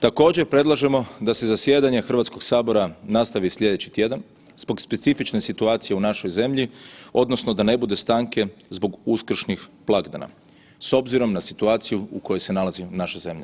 Također predlažemo da se zajedanje Hrvatskog sabora nastavi slijedeći tjedan zbog specifične situacije u našoj zemlji odnosno da ne bude stanke zbog Uskršnjih blagdana s obzirom na situaciju u kojoj se nalazi naša zemlja.